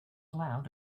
allowed